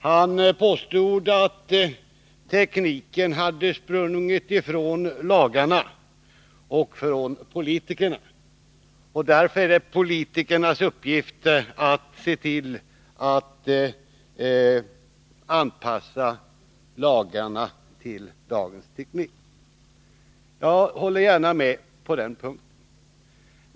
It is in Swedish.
Han påstod att tekniken hade sprungit ifrån lagarna och politikerna och att det därför var politikernas uppgift att se till att anpassa lagarna till dagens teknik. Jag håller gärna med på den punkten.